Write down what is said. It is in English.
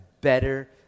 better